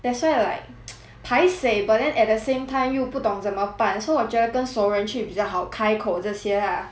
that's why I like paiseh but then at the same time 又不懂怎么办 so 我觉得跟去熟人去比较好开口这些 lah